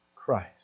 Christ